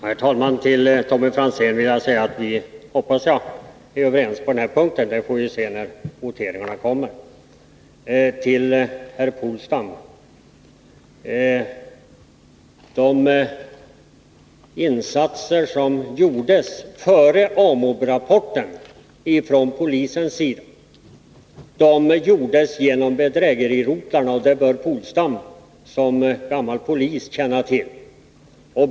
Herr talman! Till Tommy Franzén vill jag säga att jag hoppas att vi är överens på denna punkt. Till herr Polstam: De insatser som från polisens sida gjordes före AMOB-rapporten skedde genom bl.a. bedrägerirotlarna. Det bör herr Polstam som gammal polis känna till.